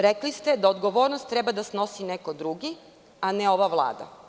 Rekli ste da odgovornost treba da snosi neko drugi, a ne ova Vlada.